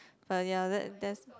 but ya that that's